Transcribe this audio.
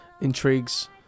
intrigues